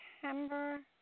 September